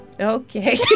Okay